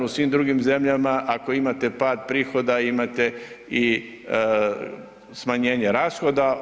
U svim drugim zemljama ako imate pad prihoda imate i smanjenje rashoda.